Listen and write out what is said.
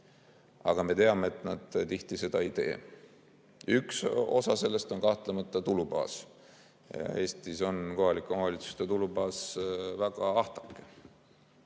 Aga me teame, et nad tihti seda ei tee. Üks osa sellest on kahtlemata tulubaas. Eestis on kohalike omavalitsuste tulubaas väga ahtake.